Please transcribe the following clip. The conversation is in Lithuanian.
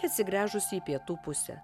atsigręžusi į pietų pusę